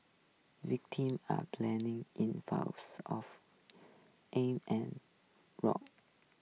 victim are planing in of aim and rock